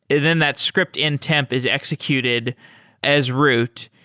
then that script in temp is executed as root,